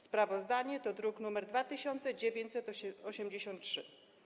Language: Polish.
Sprawozdanie do druk nr 2983.